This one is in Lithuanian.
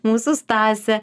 mūsų stasė